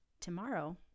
Tomorrow